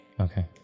Okay